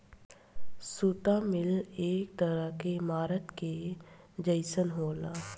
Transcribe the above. सुता मिल एक तरह के ईमारत के जइसन होला